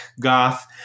goth